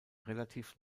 relativ